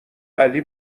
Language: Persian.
علی